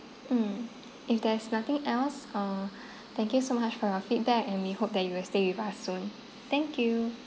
mm if there's nothing else uh thank you so much for your feedback and we hope that you will stay with us soon thank you